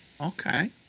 Okay